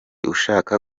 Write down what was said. ushaka